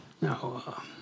Now